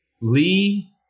Lee